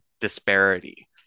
disparity